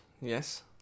yes